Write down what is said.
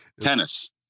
Tennis